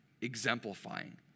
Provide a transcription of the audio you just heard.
exemplifying